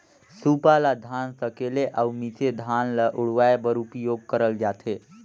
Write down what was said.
सूपा ल धान सकेले अउ मिसे धान ल उड़वाए बर उपियोग करल जाथे